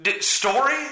Story